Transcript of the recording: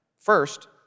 First